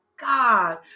God